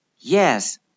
Yes